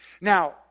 Now